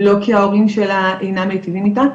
לא כי ההורים שלה אינם מיטיבים איתה,